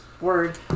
word